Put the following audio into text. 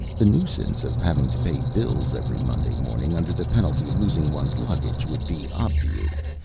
the nuisance of having to pay bills every monday morning under the penalty of losing one's luggage would be obviated,